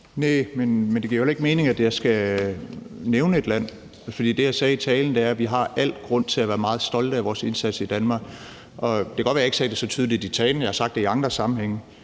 Næh, men det giver jo heller ikke mening, at jeg skal nævne et land, for det, jeg sagde i talen, er, at vi i Danmark har al grund til at være meget stolte af vores indsats. Det kan godt være, jeg ikke sagde det så tydeligt i talen; jeg har sagt det i andre sammenhænge.